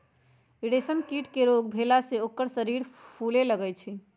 रेशम कीट के रोग भेला से ओकर शरीर फुले लगैए छइ